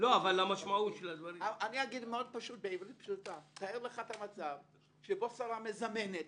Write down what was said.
אומר בעברית פשוטה: תאר לך מצב שבו שרה מזמנת